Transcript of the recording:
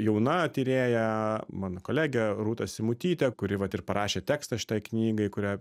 jauna tyrėja mano kolegė rūta simutytė kuri vat ir parašė tekstą šitai knygai kurią